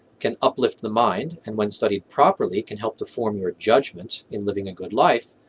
can uplift the mind and when studied properly can help to form your judgment in living a good life,